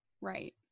Right